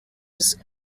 his